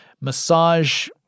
massage